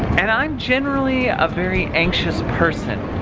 and i'm generally a very anxious person.